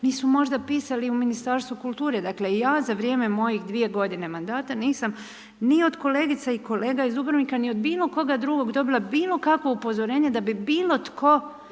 nisu možda pisali Ministarstvu kulture. Dakle, ja za vrijeme mojih 2 g. mandata, nisam ni od kolegica i kolega iz Dubrovnika, ni od bilo koga drugog, dobila bilo kakvu upozorenje, da bi bilo tko,